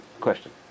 question